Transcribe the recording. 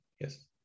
Yes